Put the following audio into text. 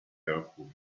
carefully